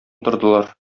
тордылар